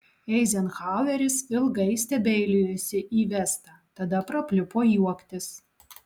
eizenhaueris ilgai stebeilijosi į vestą tada prapliupo juoktis